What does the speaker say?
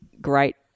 great